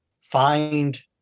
find